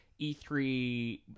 E3